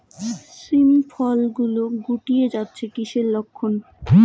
শিম ফল গুলো গুটিয়ে যাচ্ছে কিসের লক্ষন?